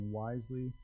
wisely